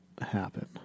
happen